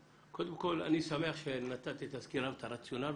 קודם כול אני שמח שנתת את הסקירה ואת הרציונל.